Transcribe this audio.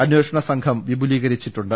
അന്വേഷണ സംഘം വിപുലീകരിച്ചിട്ടുണ്ട്